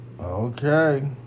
Okay